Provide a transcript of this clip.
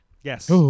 Yes